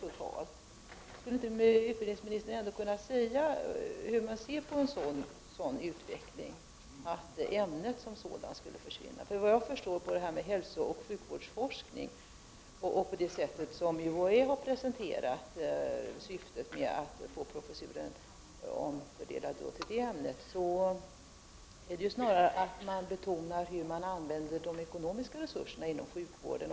Skulle utbildningsministern ändå inte kunna säga hur han ser på en sådan utveckling? Enligt vad jag förstår av det sätt på vilket UHÄ presenterat syftet med att få professuren flyttad till hälsooch sjukvårdsforskning innebär det ämnet snarare att man betonar hur de ekonomiska resurserna används inom sjukvården.